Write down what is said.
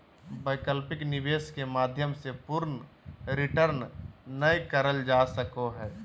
वैकल्पिक निवेश के माध्यम से पूर्ण रिटर्न नय करल जा सको हय